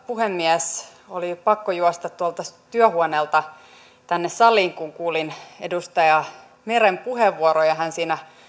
puhemies oli pakko juosta tuolta työhuoneelta tänne saliin kun kuulin edustaja meren puheenvuoron ja hän siinä